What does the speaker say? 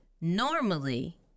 normally